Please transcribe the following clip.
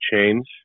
change